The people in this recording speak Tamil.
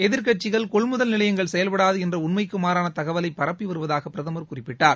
எதிர்கட்சிகள் கொள்முதல் நிலையங்கள் செயல்படாது என்ற உண்மைக்கு மாறான தகவலை பரப்பி வருவதாக பிரதமர் குறிப்பிட்டார்